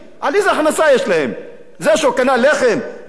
זה שהוא קנה לחם, צריך להטיל עליו קנס?